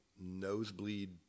nosebleed